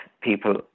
people